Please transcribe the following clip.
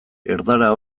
erdara